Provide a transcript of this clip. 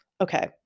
Okay